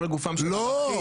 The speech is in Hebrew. אני מדבר לגופם של ענפים.